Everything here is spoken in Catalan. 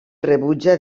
rebutja